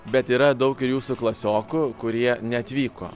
bet yra daug ir jūsų klasiokų kurie neatvyko